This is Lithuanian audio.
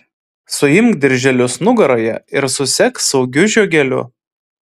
suimk dirželius nugaroje ir susek saugiu žiogeliu